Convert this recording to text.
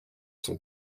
son